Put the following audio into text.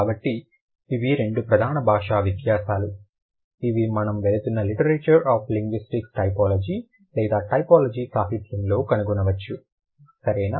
కాబట్టి ఇవి రెండు ప్రధాన భాషా వ్యత్యాసాలు ఇవి మనం వెళుతున్న లిటరేచర్ ఆఫ్ లింగ్విస్టిక్స్ టైపోలాజీ లేదా టైపోలాజీ సాహిత్యంలో కనుగొనవచ్చు సరేనా